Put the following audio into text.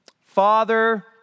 Father